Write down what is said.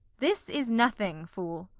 this is nothing, fool.